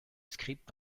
script